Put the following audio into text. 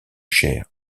cher